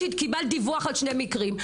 שקיבלת דיווח על שני מקרים,